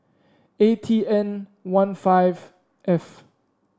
A T N one five F